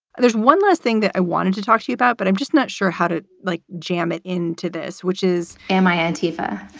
there's one less thing that i wanted to talk to you about, but i'm just not sure how to like jam it into this, which is am i anti